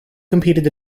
competed